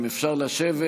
אם אפשר לשבת,